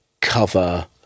cover